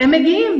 הם מגיעים,